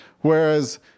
Whereas